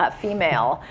but female,